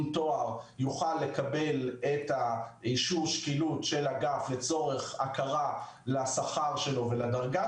תואר את אישור השקילות של האגף לצורך הכרה לשכר שלו ולדרגה